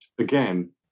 Again